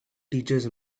teaches